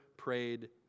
Prayed